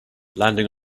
landing